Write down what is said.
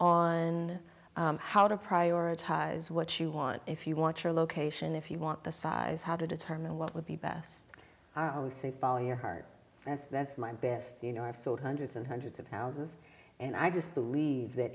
on how to prioritize what you want if you want your location if you want the size how to determine what would be best say follow your heart that's that's my best you know i've sold hundreds and hundreds of thousands and i just believe that